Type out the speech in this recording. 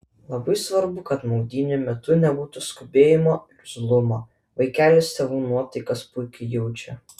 labai svarbu kad maudynių metu nebūtų skubėjimo irzlumo vaikelis tėvų nuotaikas puikiai jaučia